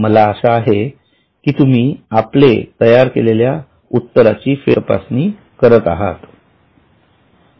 मला आशा आहे की तुम्ही आपलेतयारकेलेल्या उत्तराची फेरतपासणी करतआहेत